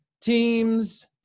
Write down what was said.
teams